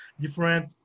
different